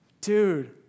dude